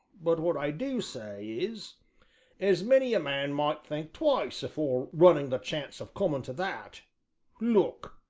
but what i do say is as many a man might think twice afore running the chance of coming to that look!